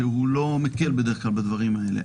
שלא מכיר בדרך כלל בדברים האלה,